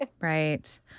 Right